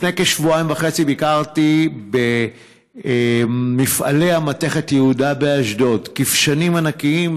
לפני כשבועיים וחצי ביקרתי במפעלי המתכת יהודה באשדוד: כִּבשנים ענקיים,